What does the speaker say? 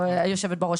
היו"ר,